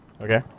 Okay